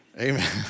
Amen